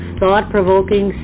thought-provoking